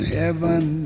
heaven